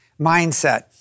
mindset